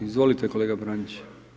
Izvolite kolega Pranić.